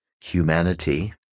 humanity